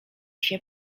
się